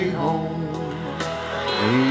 home